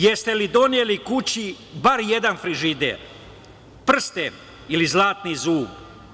Jeste li doneli kući bar jedan frižider, prsten ili zlatni zub?